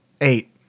Eight